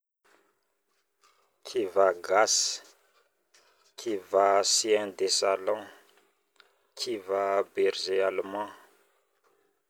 kiva gasy, kiva chien de sallon, kiva berge allemand,